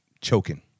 choking